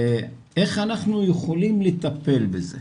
איך אנחנו יכולים לטפל בזה?